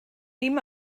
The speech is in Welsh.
dim